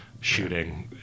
shooting